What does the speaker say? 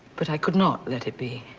but i could not let it be.